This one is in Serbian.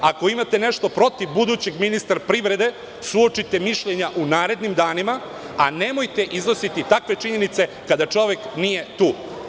Ako imate nešto protiv budućeg ministra privrede, suočite mišljenja u narednim danima, a nemojte iznositi takve činjenice kada čovek nije tu.